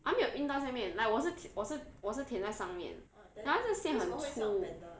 ah 没有运到下面 like 我是我是我是填在上面然后这个线很粗